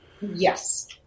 Yes